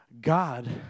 God